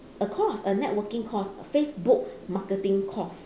a course a networking course a facebook marketing course